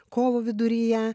kovo viduryje